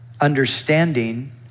understanding